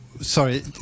Sorry